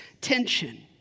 tension